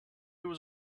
was